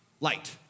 light